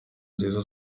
nziza